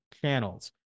channels